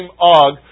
Og